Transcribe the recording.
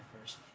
first